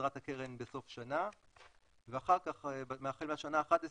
מיתרת הקרן בסוף שנה והחל מהשנה ה-11